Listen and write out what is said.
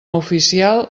oficial